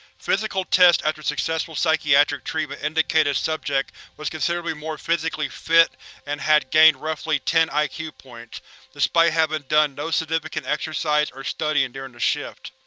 physical tests after successful psychiatric treatment indicated subject was considerably more physically fit and had gained roughly ten iq yeah points, despite having done no significant exercise or study and during the shift.